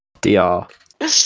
dr